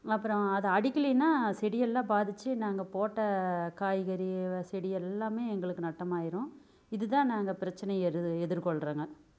அப்புறம் அதை அடிக்கிலைன்னா செடியெல்லாம் பாதிச்சு நாங்கள் போட்ட காய்கறி செடியெல்லாமே எங்களுக்கு நட்டமாயிடும் இது தான் நாங்கள் பிரச்சனையை எதிர் எதிர்கொள்றோங்க